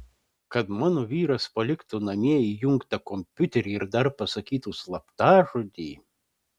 kad mano vyras paliktų namie įjungtą kompiuterį ir dar pasakytų slaptažodį